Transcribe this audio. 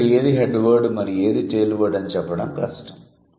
దీంట్లో ఏది head word మరియు ఏది టెయిల్ వర్డ్ అని చెప్పడం కష్టం